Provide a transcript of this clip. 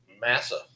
Massa